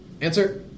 Answer